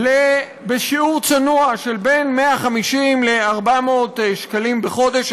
265,000. בשיעור צנוע של בין 150 ל-400 שקלים בחודש.